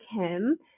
Kim